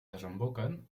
desemboquen